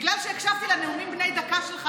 בגלל שהקשבתי לנאומים בני דקה שלך,